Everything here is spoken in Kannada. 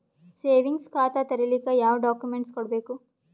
ಸೇವಿಂಗ್ಸ್ ಖಾತಾ ತೇರಿಲಿಕ ಯಾವ ಡಾಕ್ಯುಮೆಂಟ್ ಕೊಡಬೇಕು?